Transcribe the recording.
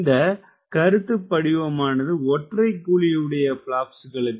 இந்த கருத்துப்படிவமானது ஒற்றை குழியுடைய பிளாப்ஸ்களுக்கு